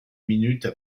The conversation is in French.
minutes